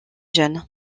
jeune